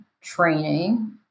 training